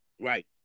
Right